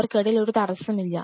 അവർക്കിടയിൽ ഒരു തടസ്സവുമില്ല